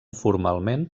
formalment